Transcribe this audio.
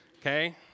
okay